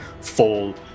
fall